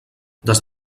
des